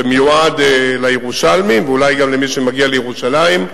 שמיועד לירושלמים ואולי גם למי שמגיע לירושלים,